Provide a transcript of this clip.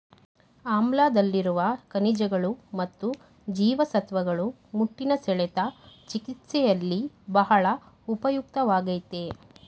ಆಮ್ಲಾದಲ್ಲಿರುವ ಖನಿಜಗಳು ಮತ್ತು ಜೀವಸತ್ವಗಳು ಮುಟ್ಟಿನ ಸೆಳೆತ ಚಿಕಿತ್ಸೆಯಲ್ಲಿ ಬಹಳ ಉಪಯುಕ್ತವಾಗಯ್ತೆ